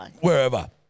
wherever